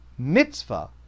mitzvah